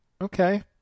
Okay